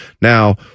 Now